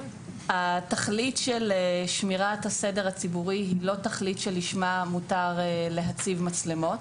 התכלית של שמירת הסדר הציבורי היא לא תכלית לשמה מותר להציב מצלמות.